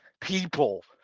People